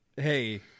Hey